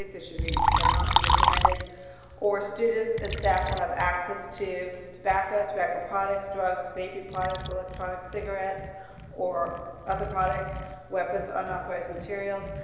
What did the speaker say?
this should be cannot be implemented or students and staff will have access to tobacco tobacco products, drugs, baby products, electronic cigarettes or other products weapons, unauthorized materials,